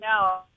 no